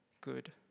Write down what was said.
good